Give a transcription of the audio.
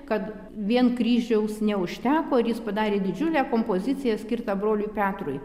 kad vien kryžiaus neužteko ir jis padarė didžiulę kompoziciją skirtą broliui petrui